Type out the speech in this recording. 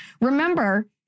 Remember